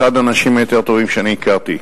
אחד האנשים היותר טובים שהכרתי.